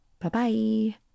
Bye-bye